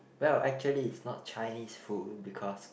well actually is not Chinese food because